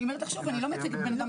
אני לא מייצגת אדם אחד.